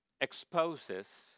exposes